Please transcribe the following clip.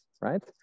Right